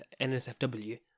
NSFW